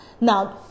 now